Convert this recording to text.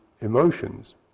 emotions